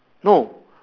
no